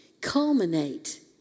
culminate